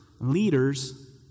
Leaders